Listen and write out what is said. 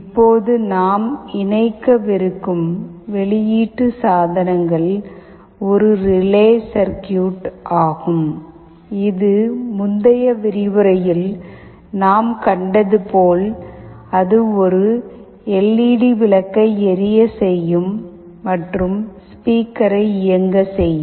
இப்போது நாம் இணைக்கவிருக்கும் வெளியீட்டு சாதனங்கள் ஒரு ரிலே சர்கியூட் ஆகும் அது முந்தைய விரிவுரையில் நாம் கண்டது போல் அது ஒரு எல்இடி விளக்கை எரிய செய்யும் மற்றும் ஸ்பீக்கரை இயங்க செய்யும்